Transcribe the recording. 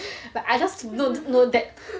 like I just know know that